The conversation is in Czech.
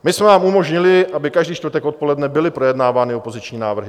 My jsme vám umožnili, aby každý čtvrtek odpoledne byly projednávány opoziční návrhy.